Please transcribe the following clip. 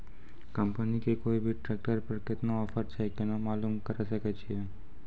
Company के कोय भी ट्रेक्टर पर केतना ऑफर छै केना मालूम करऽ सके छियै?